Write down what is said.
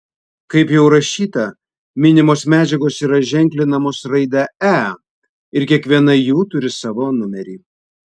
kaip jau rašyta minimos medžiagos yra ženklinamos raide e ir kiekviena jų turi savo numerį